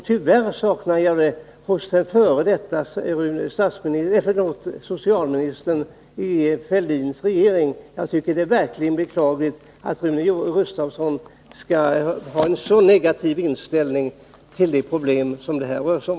Tyvärr gäller det också f. d. socialministern i Fälldins regering. Det är verkligen beklagligt att Rune Gustavsson skall ha en så negativ inställning till de problem som det här rör sig om.